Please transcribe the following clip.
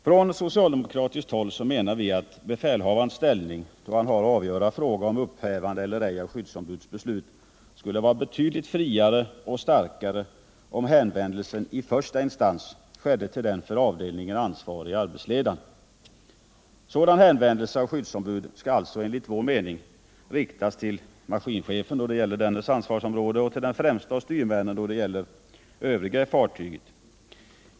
Från socialdemokratiskt håll menar vi att befälhavarens ställning, då han har att avgöra fråga om upphävande eller ej av skyddsombuds beslut, skulle vara betydligt friare och starkare om hänvändelsen i första instans skedde till den för avdelningen ansvarige arbetsledaren. Sådan hänvändelse av skyddsombud skall alltså enligt vår mening riktas till maskinchefen då det gäller dennes ansvarsområde och till den främste av styrmännen då det gäller övriga i fartyget.